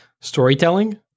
storytelling